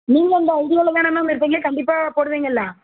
நீங்கள் அந்த ஐடியாவில் தானே மேம் இருக்கீங்க கண்டிப்பாக போடுவீங்கள்ல